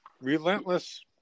relentless